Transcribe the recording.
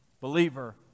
believer